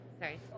Sorry